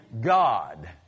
God